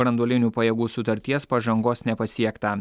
branduonilų ir branduolinių pajėgų sutarties pažangos nepasiekta